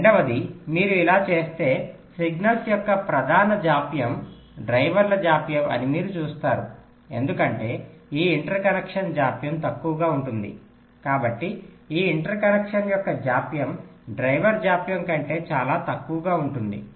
రెండవది మీరు ఇలా చేస్తే సిగ్నల్స్ యొక్క ప్రధాన జాప్యం డ్రైవర్ల జాప్యం అని మీరు చూస్తారు ఎందుకంటే ఈ ఇంటర్ కనెక్షన్ జాప్యం తక్కువగా ఉంటుంది కాబట్టి ఈ ఇంటర్ కనెక్షన్ యొక్క జాప్యం డ్రైవర్ జాప్యం కంటే చాలా తక్కువగా ఉంటుంది